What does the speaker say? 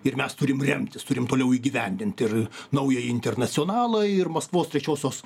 ir mes turim remtis turim toliau įgyvendint ir naująjį internacionalą ir maskvos trečiosios